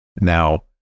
Now